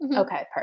okay